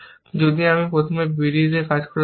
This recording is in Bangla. যদি আমি প্রথমে b d তে করে থাকি